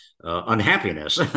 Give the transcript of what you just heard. unhappiness